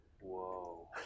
Whoa